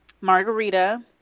Margarita